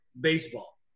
baseball